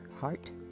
heart